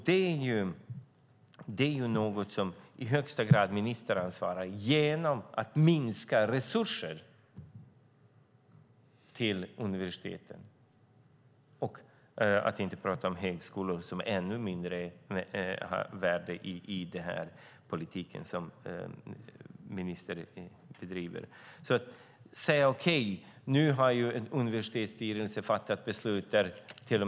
Det är något som ministern i högsta grad ansvarar för genom att minska resurserna till universiteten, för att inte prata om högskolorna, som har ännu mindre värde i den politik som utbildningsministern bedriver. Ministern säger: Nu har en universitetsstyrelse fattat beslut.